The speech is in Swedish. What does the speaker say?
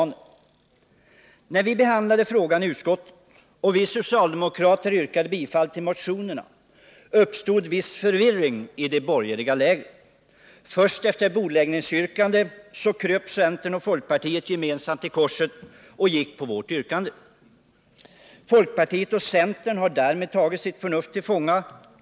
När frågan behandlades i utskottet och vi socialdemokrater yrkade bifall till motionerna uppstod viss förvirring i det borgerliga lägret. Först efter bordläggningsyrkande kröp centern och folkpartiet gemensamt till korset och gick på vårt yrkande. Folkpartiet och centern har därmed tagit sitt förnuft till fånga.